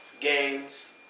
games